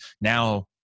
now-